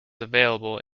available